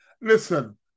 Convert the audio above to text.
listen